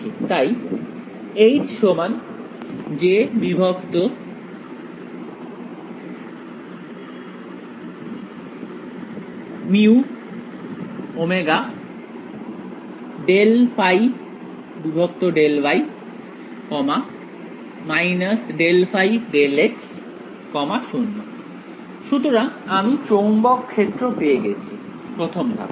তাই jωμ0∂ϕ∂y ∂ϕ∂x 0 সুতরাং আমি চৌম্বক ক্ষেত্র পেয়ে গেছি প্রথম ধাপে